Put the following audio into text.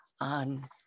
on